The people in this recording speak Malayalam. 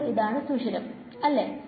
അപ്പൊ ഇതാണ് ആ സുഷിരം അല്ലേ